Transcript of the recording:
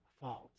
fault